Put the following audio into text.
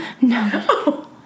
no